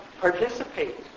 participate